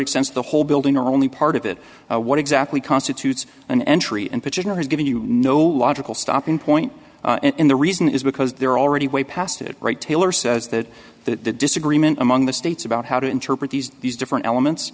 exempt the whole building or only part of it what exactly constitutes an entry in particular has given you no logical stopping point in the reason is because they're already way past it right taylor says that that the disagreement among the states about how to interpret these these different elements